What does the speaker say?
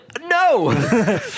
no